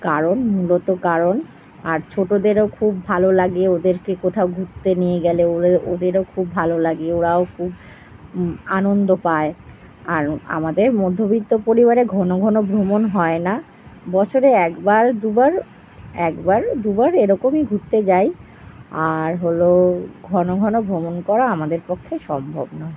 কারণ মূলত কারণ আর ছোটদেরও খুব ভালো লাগে ওদেরকে কোথাও ঘুরতে নিয়ে গেলেও ওরা ওদেরও খুব ভালো লাগে ওরাও খুব আনন্দ পায় আর আমাদের মধ্যবিত্ত পরিবারে ঘন ঘন ভ্রমণ হয় না বছরে একবার দুবার একবার দুবার এরকমই ঘুরতে যাই আর হলো ঘন ঘন ভ্রমণ করা আমাদের পক্ষে সম্ভব নয়